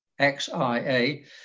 XIA